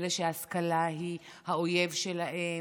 אלה שההשכלה היא האויב שלהם,